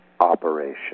operation